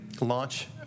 launch